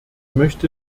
möchte